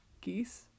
geese